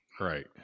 Right